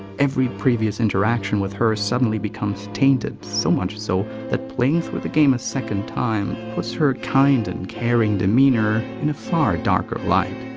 every previous interaction with her suddenly becomes tainted, so much so that playing through the game a second time puts her superficially kind and caring demeanor in a far darker light.